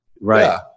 Right